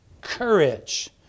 Courage